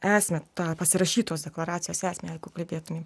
esmę tą pasirašytos deklaracijos esmę jeigu kalbėtumėm